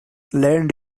lend